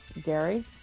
dairy